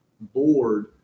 board